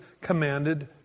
commanded